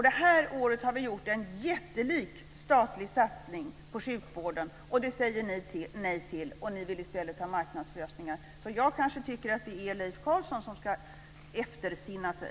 Detta år har vi gjort en jättelik statlig satsning på sjukvården, och den säger ni nej till och vill i stället ha marknadslösningar. Jag tycker att det kanske är Leif Carlson som ska eftersinna sig.